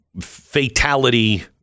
fatality